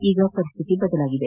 ಈಗ ಪರಿಸ್ಟಿತಿ ಬದಲಾಗಿದೆ